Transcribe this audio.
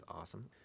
awesome